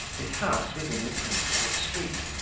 his house was in the principal street,